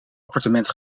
appartement